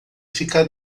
ficar